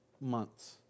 months